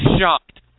shocked